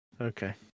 Okay